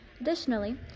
Additionally